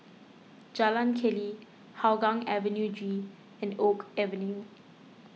Jalan Keli Hougang Avenue G and Oak Avenue